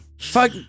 Fuck